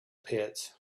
pits